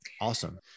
Awesome